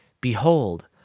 Behold